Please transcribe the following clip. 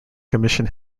commission